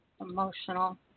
Emotional